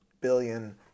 billion